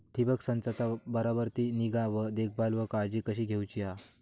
ठिबक संचाचा बराबर ती निगा व देखभाल व काळजी कशी घेऊची हा?